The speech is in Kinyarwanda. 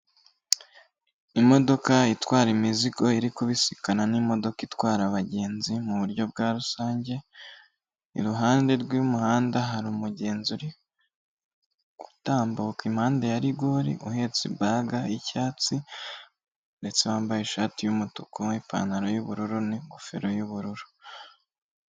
Imodoka itwara imizigo iri kubisikana n'imodoka itwara abagenzi mu buryo bwa rusange, iruhande rw'umuhanda hari umugenzi uri gutambuka impande ya rigore, uhetse ibaga y'icyatsi ndetse wambaye ishati y'umutuku n'ipantaro y'ubururu, n'ingofero y'ubururu.